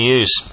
use